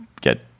get